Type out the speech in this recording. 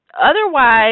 otherwise